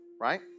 right